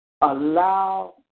allow